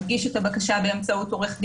מגיש את הבקשה באמצעות עורך דין,